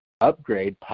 upgrade